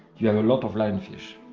you have a lot of lionfish.